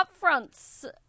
Upfronts